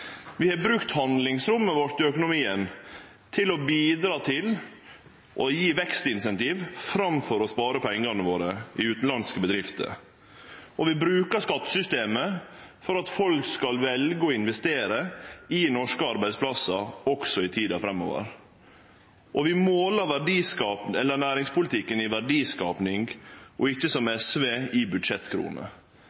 Vi har brukt handlingsrommet vårt i økonomien til å bidra til å gje vekstincentiv framfor å spare pengane våre i utanlandske bedrifter, vi bruker skattesystemet for at folk skal velje å investere i norske arbeidsplassar også i tida framover, og vi måler næringspolitikken i verdiskaping og ikkje, som